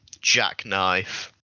Jackknife